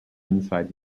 inside